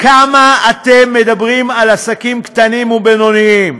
כמה אתם מדברים על עסקים קטנים ובינוניים?